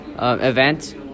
event